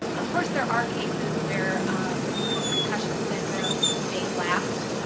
of course, there are cases where post concussion syndrome may last.